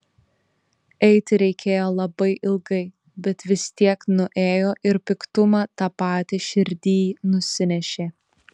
eiti reikėjo labai ilgai bet vis tiek nuėjo ir piktumą tą patį širdyj nusinešė